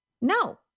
no